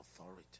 authority